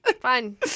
Fine